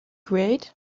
create